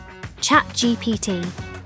ChatGPT